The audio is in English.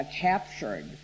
captured